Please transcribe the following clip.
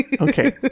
Okay